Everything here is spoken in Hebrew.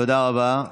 תודה רבה.